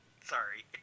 Sorry